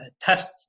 test